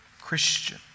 Christian